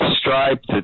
stripe